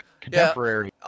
Contemporary